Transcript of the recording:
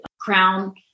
crown